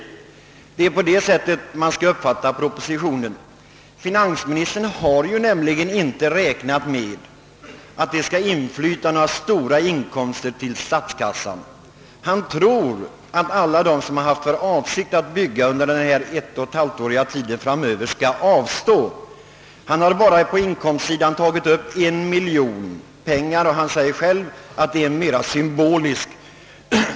Det är på det sättet man bör uppfatta propositionen. Finansministern har ju inte räknat med att det skall inflyta några stora belopp till statskassan. Han tror att alla de, som haft för avsikt att bygga under denna tid av ett och ett halvt år, skall avstå därifrån. Han har på inkomstsidan bara tagit upp 1 miljon, och han säger själv att den summan mera är symbolisk.